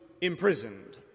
imprisoned